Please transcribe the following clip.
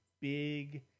big